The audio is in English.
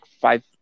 five